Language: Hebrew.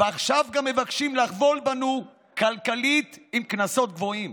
ועכשיו גם מבקשים לחבול בנו כלכלית עם קנסות גבוהים.